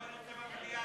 לא, אני רוצה למליאה.